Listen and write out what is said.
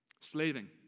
slaving